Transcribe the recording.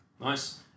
Nice